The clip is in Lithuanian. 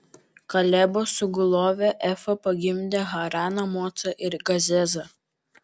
kalebo sugulovė efa pagimdė haraną mocą ir gazezą